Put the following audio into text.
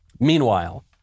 Meanwhile